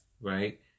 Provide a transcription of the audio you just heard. Right